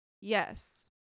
Yes